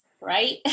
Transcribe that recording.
right